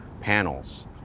panels